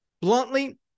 bluntly